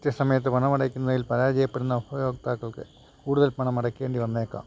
കൃത്യസമയത്ത് പണമടയ്ക്കുന്നതിൽ പരാജയപ്പെടുന്ന ഉപയോക്താക്കൾക്ക് കൂടുതൽ പണം അടയ്ക്കേണ്ടി വന്നേക്കാം